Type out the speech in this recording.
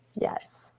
Yes